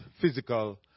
physical